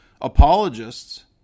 apologists